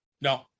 No